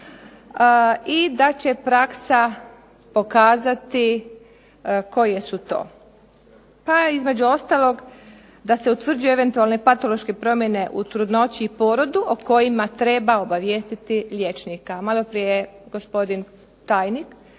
i da će praksa pokazati koje su to. Pa između ostalog da se utvrđuju eventualne patološke promjene u trudnoći i porodu, o kojima treba obavijestiti liječnika. Maloprije je gospodin tajnik